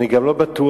אני גם לא בטוח,